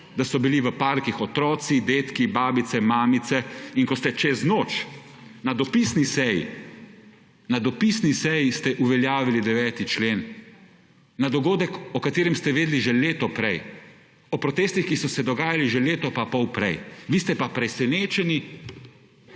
da so bili v parkih otroci, dedki, babice, mamice in ko ste čez noč na dopisni seji, na dopisni seji ste uveljavili 9. člen, na dogodek o katerem ste vedeli že leto prej, o protestih, ki so se dogajali že leto pa pol prej, vi ste pa presenečeni